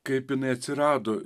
kaip jinai atsirado